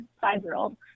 five-year-old